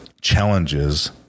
challenges